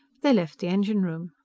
they left the engine room.